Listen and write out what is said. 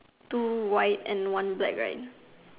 two white and one black right